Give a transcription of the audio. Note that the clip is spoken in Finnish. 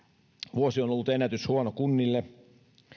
vuosi on ollut ennätyshuono kunnille